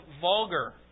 vulgar